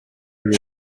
jej